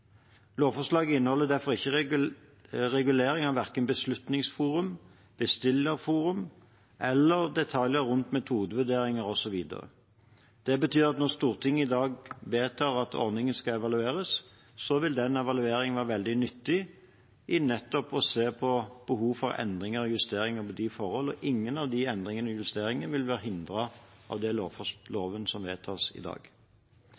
Lovforslaget inneholder derfor ikke regulering av verken Beslutningsforum, Bestillerforum eller detaljer rundt metodevurderinger osv. Det betyr at når Stortinget i dag vedtar at ordningen skal evalueres, vil den evalueringen være veldig nyttig for nettopp å se på behov for endringer og justeringer av de forholdene, og ingen av endringene og justeringene vil være hindret av den loven som vedtas i dag.